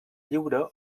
lliure